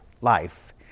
Life